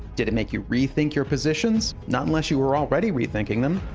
did it make you rethink your positions? not unless you were already rethinking them.